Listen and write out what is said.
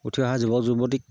উঠি অহা যুৱক যুৱতীক